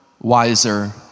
wiser